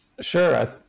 sure